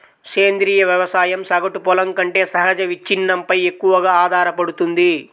సేంద్రీయ వ్యవసాయం సగటు పొలం కంటే సహజ విచ్ఛిన్నంపై ఎక్కువగా ఆధారపడుతుంది